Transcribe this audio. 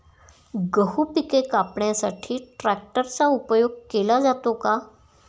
गहू पिके कापण्यासाठी ट्रॅक्टरचा उपयोग केला जातो का?